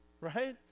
Right